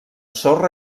sorra